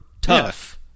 tough